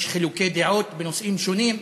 יש חילוקי דעות בנושאים שונים,